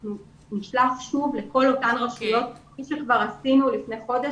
אנחנו נשלח שוב לכל אותן רשויות - כפי שכבר עשינו לפני חודש